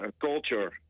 culture